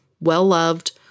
well-loved